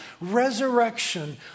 resurrection